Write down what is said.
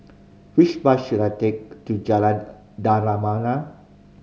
which bus should I take to Jalan Dermawan